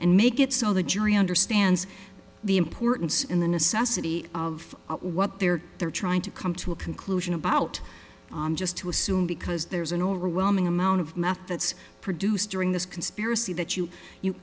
and make it so the jury understands the importance and the necessity of what they're they're trying to come to a conclusion about just to assume because there's an overwhelming amount of math that's produced during this conspiracy that you